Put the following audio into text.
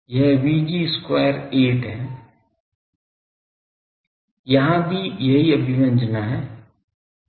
यह Vg वर्ग 8 है यहाँ भी यही अभिव्यंजना है